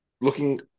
looking